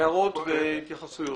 הערות והתייחסויות.